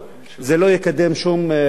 זה לא יקדם שום פתרון.